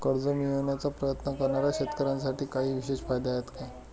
कर्ज मिळवण्याचा प्रयत्न करणाऱ्या शेतकऱ्यांसाठी काही विशेष फायदे आहेत का?